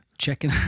checking